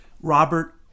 Robert